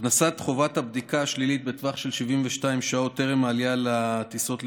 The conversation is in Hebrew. הכנסת חובת הבדיקה השלילית בטווח של 72 שעות טרם העלייה לטיסות לישראל,